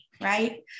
right